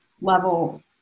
level